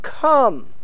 come